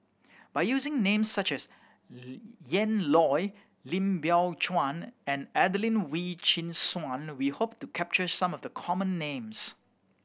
by using names such as Ian Loy Lim Biow Chuan and Adelene Wee Chin Suan we hope to capture some of the common names